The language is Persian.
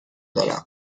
دارم